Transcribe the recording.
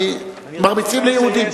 כי מרביצים ליהודים.